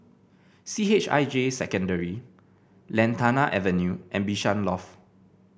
C H I J Secondary Lantana Avenue and Bishan Loft